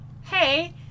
hey